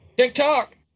TikTok